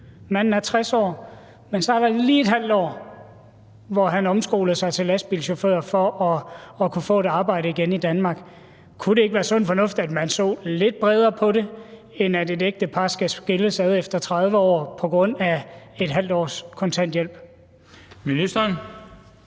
Manden er 60 år, men så er der lige et halvt år, hvor han omskolede sig til lastbilchauffør for at kunne få et arbejde igen i Danmark. Kunne det ikke være sund fornuft, at man så lidt bredere på det, end at et ægtepar skal skilles ad efter 30 år på grund af et halvt års kontanthjælp? Kl.